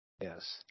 Yes